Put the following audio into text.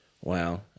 Wow